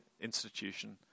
Institution